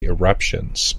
eruptions